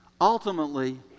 Ultimately